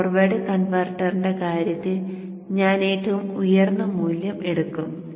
forward കൺവെർട്ടറിന്റെ കാര്യത്തിൽ ഞാൻ ഏറ്റവും ഉയർന്ന മൂല്യം എടുക്കും